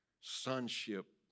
Sonship